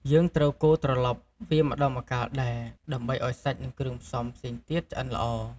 យើងត្រូវកូរត្រឡប់វាម្ដងម្កាលដែរ ដើម្បីឱ្យសាច់ និងគ្រឿងផ្សំផ្សេងទៀតឆ្អិនល្អ។